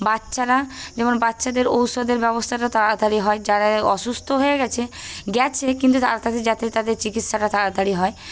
বাচ্চারা যেমন বাচ্চাদের ঔষধের ব্যবস্থাটা তাড়াতাড়ি হয় যারা অসুস্থ হয়ে গেছে গেছে কিন্তু তাড়াতাড়ি যাতে তাদের চিকিৎসাটা তাড়াতাড়ি হয়